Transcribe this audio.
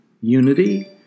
unity